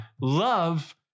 Love